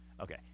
Okay